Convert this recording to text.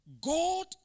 God